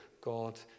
god